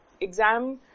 Exam